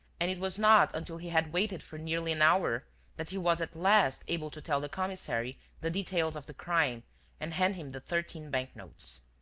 and it was not until he had waited for nearly an hour that he was at last able to tell the commissary the details of the crime and hand him the thirteen bank-notes.